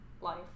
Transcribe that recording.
life